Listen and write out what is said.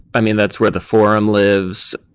i mean, that's where the forum lives.